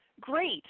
great